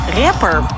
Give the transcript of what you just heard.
rapper